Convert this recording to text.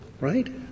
right